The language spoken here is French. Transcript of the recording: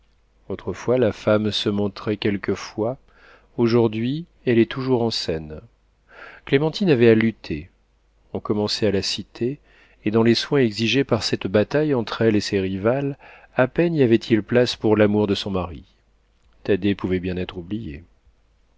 autrefois la femme se montrait quelquefois aujourd'hui elle est toujours en scène clémentine avait à lutter on commençait à la citer et dans les soins exigés par cette bataille entre elle et ses rivales à peine y avait-il place pour l'amour de son mari thaddée pouvait bien être oublié